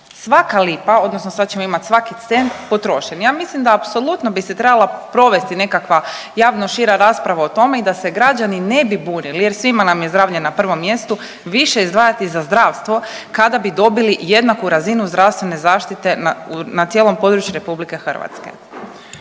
svaka lipa, odnosno sad ćemo imat svaki cent potrošen. Ja mislim da apsolutno bi se trebala provesti nekakva javno šira rasprava o tome i da se građani ne bi bunili jer svima nam je zdravlje na prvom mjestu, više izdvajati za zdravstvo kada bi dobili jednaku razinu zdravstvene zaštite na cijelom području RH.